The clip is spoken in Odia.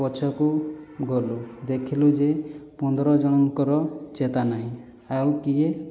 ପଛକୁ ଗଲୁ ଦେଖିଲୁ ଯେ ପନ୍ଦର ଜଣଙ୍କର ଚେତା ନାହିଁ ଆଉ କିଏ